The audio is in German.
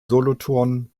solothurn